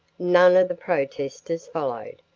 none of the protestors followed.